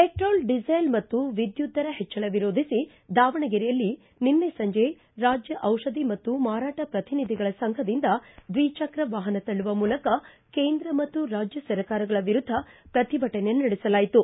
petrol diesel ಮತ್ತು ವಿದ್ಯುತ್ ದರ ಹೆಚ್ಚಳ ವಿರೋಧಿಸಿ ದಾವಣಗೆರೆಯಲ್ಲಿ ನಿನ್ನೆ ಸಂಜೆ ರಾಜ್ಯ ಜಿಷಧಿ ಮತ್ತು ಮಾರಾಟ ಪ್ರತಿನಿಧಿಗಳ ಸಂಘದಿಂದ ದ್ವಿಚಕ್ರ ವಾಹನ ತಳ್ಳುವ ಮೂಲಕ ಕೇಂದ್ರ ಮತ್ತು ರಾಜ್ಯ ಸರ್ಕಾರಗಳ ವಿರುದ್ಧ ಪ್ರತಿಭಟನೆ ನಡೆಸಲಾಯಿತು